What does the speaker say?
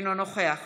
אינו נוכח